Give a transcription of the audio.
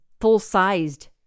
full-sized